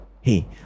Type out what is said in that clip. hey